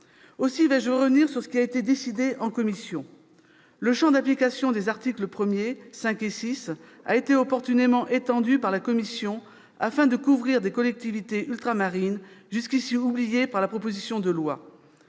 Aussi vais-je revenir sur ce qui a été décidé en commission. Le champ d'application des articles 1, 5 et 6 a été opportunément étendu par la commission afin de couvrir des collectivités ultramarines jusqu'ici oubliées par la proposition de loi.